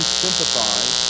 sympathize